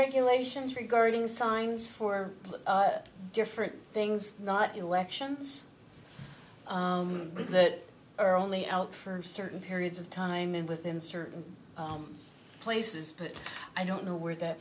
regulations regarding signs for different things not elections that are only out for certain periods of time and within certain places but i don't know where that